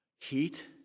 Heat